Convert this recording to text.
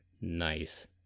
nice